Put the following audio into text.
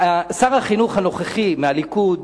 שר החינוך הנוכחי מהליכוד